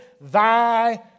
thy